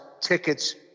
tickets